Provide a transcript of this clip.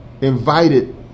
invited